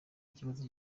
ikibazo